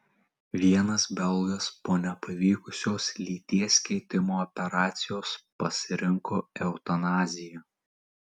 vienas belgas po nepavykusios lyties keitimo operacijos pasirinko eutanaziją